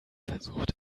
versucht